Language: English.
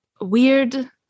weird